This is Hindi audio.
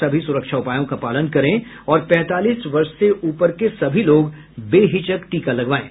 सभी सुरक्षा उपायों का पालन करें और पैंतालीस वर्ष से ऊपर के सभी लोग बेहिचक टीका लगवाएं